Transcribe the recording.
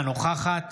אינה נוכחת